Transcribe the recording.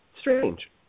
Strange